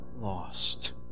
lost